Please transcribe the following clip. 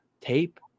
tape